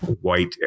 white